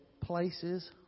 places